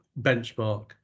benchmark